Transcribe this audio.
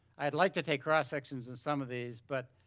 i'd like to take cross sections in some of these but